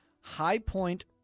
high-point